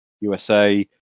USA